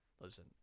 listen